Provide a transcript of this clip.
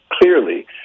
clearly